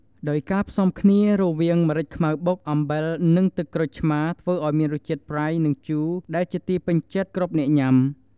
ដោយការផ្សំគ្នារវាង ម្រេចខ្មៅបុក អំបិល និងទឹកក្រូចឆ្មាធ្វើឲ្យមានរសជាតិប្រៃ និងជូរដែលជាទីពេញចិត្តគ្រប់អ្នកញុាំ។